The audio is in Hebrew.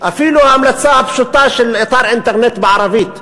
אפילו ההמלצה הפשוטה של אתר אינטרנט בערבית,